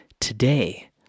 Today